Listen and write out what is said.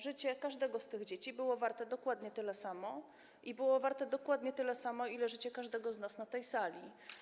Życie każdego z tych dzieci było warte dokładnie tyle samo i było warte dokładnie tyle samo, ile życie każdego z nas na tej sali.